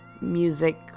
music